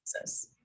access